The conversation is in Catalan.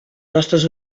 nostres